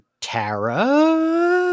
Tara